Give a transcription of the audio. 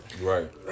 Right